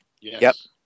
Yes